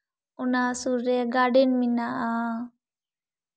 ᱚᱱᱟ ᱥᱩᱨ ᱨᱮ ᱜᱟᱨᱰᱮᱱ ᱢᱮᱱᱟᱜᱼᱟ